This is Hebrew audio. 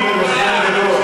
מצבך לא טוב.